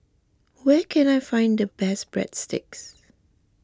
where can I find the best Breadsticks